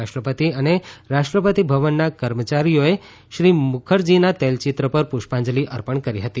રાષ્ટ્રપતિ અને રાષ્ટ્રપતિ ભવનના કર્મચારીઓએ શ્રી મુખર્જીના તૈલચિત્ર પર પુષ્પાંજલી અર્પણ કરી હતી